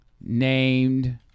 named